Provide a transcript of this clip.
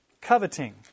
coveting